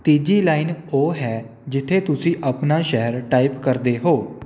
ਤੀਜੀ ਲਾਈਨ ਉਹ ਹੈ ਜਿੱਥੇ ਤੁਸੀਂ ਆਪਣਾ ਸ਼ਹਿਰ ਟਾਈਪ ਕਰਦੇ ਹੋ